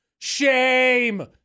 shame